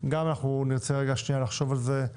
נרצה לחשוב על זה.